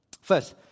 First